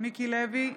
מיקי לוי,